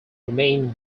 remain